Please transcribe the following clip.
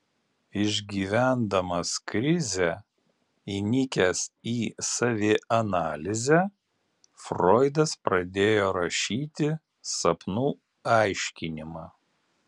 išgyvendamas krizę įnikęs į savianalizę froidas pradėjo rašyti sapnų aiškinimą